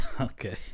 Okay